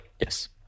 Yes